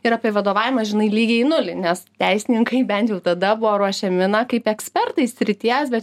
ir apie vadovavimą žinai lygiai nulį nes teisininkai bent jau tada buvo ruošiami na kaip ekspertai srities bet